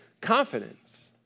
confidence